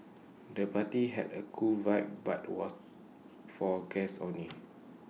the party had A cool vibe but the was for guests only